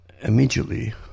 Immediately